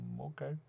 Okay